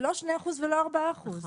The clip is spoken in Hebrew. לא שני אחוז ולא ארבעה אחוז.